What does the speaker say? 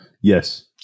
yes